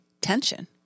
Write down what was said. tension